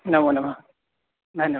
नमोनमः धन्यवादः